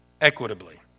equitably